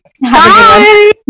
Bye